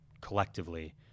collectively